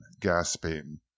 gasping